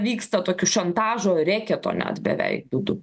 vyksta tokiu šantažo reketo net beveik būdu